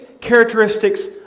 characteristics